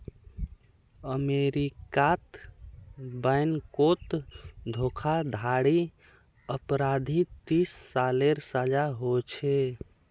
अमेरीकात बैनकोत धोकाधाड़ी अपराधी तीस सालेर सजा होछे